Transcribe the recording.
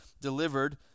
delivered